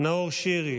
נאור שירי